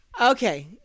Okay